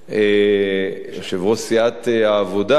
יושב-ראש סיעת העבודה,